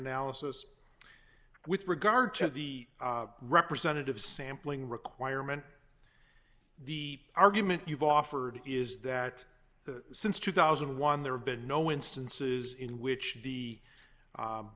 alice's with regard to the representative sampling requirement the argument you've offered is that since two thousand and one there have been no instances in which the